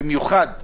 במיוחד,